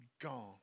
gone